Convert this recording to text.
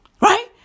Right